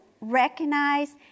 recognize